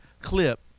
clip